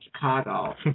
Chicago